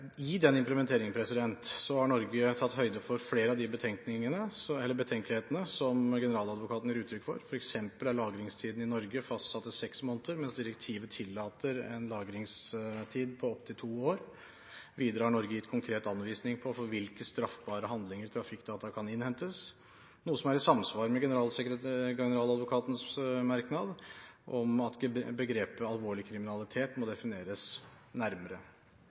I den implementeringen har Norge tatt høyde for flere av de betenkelighetene som generaladvokaten gir uttrykk for, f.eks. er lagringstiden i Norge fastsatt til seks måneder, mens direktivet tillater en lagringstid på opptil to år. Videre har Norge gitt konkret anvisning på for hvilke straffbare handlinger trafikkdata kan innhentes, noe som er i samsvar med generaladvokatens merknad om at begrepet «alvorlig kriminalitet» må defineres nærmere.